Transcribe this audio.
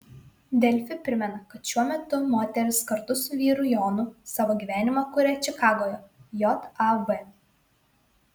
delfi primena kad šiuo metu moteris kartu su vyru jonu savo gyvenimą kuria čikagoje jav